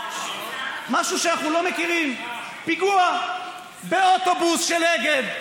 משהו שאנחנו לא מכירים: פיגוע באוטובוס של אגד,